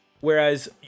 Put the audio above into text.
Whereas